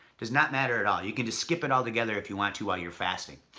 does not matter at all. you can just skip it all together if you want to while you're fasting.